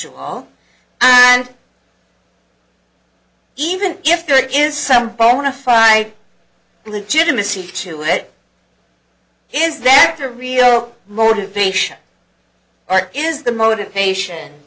n all and even if there is some bona fide legitimacy to it is that a real motivation is the motivation